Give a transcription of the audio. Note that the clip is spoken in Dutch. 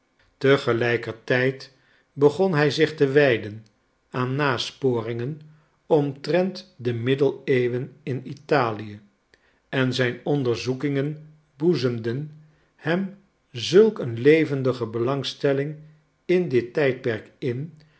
gelijkertijd begon hij zich te wijden aan nasporingen omtrent de middeleeuwen in italië en deze onderzoekingen boezemden hem zulk een levendige belangstelling in dit tijdperk in